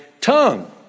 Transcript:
tongue